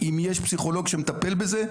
אם יש פסיכולוג שמטפל בזה,